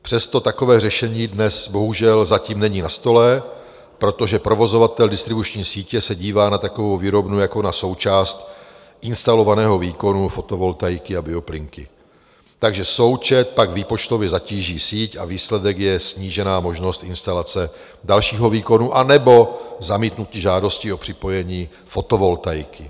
Přesto takové řešení dnes bohužel zatím není na stole, protože provozovatel distribuční sítě se dívá na takovou výrobnu jako na součást instalovaného výkonu fotovoltaiky a bioplynky, takže součet pak výpočtově zatíží síť a výsledek je snížená možnost instalace dalšího výkonu anebo zamítnutí žádosti o připojení fotovoltaiky.